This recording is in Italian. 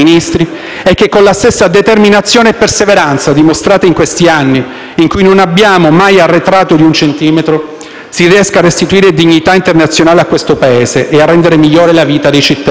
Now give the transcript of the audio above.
è che con la stessa determinazione e con la stessa perseveranza dimostrate in questi anni, in cui non siamo mai arretrati di un centimetro, si riesca a restituire dignità internazionale a questo Paese e rendere migliore la vita dei cittadini.